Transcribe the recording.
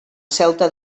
celta